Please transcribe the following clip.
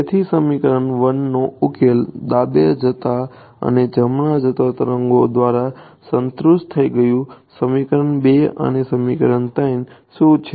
તેથી સમીકરણ 1 ના ઉકેલો ડાબે જતા અને જમણે જતા તરંગો દ્વારા સંતુષ્ટ થઈ ગયું સમીકરણો 2 અને સમીકરણો 3 શું છે